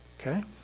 Okay